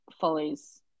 follows